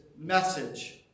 Message